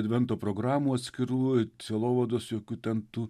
advento programų atskirų sielovados jokių ten tų